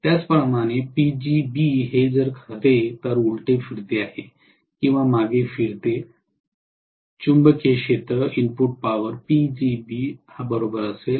त्याचप्रमाणे Pgb जे खरे तर उलटे फिरते किंवा मागे फिरते चुंबकीय क्षेत्र इनपुट पॉवर असेल